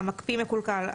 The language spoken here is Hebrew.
המקפיא מקולקל.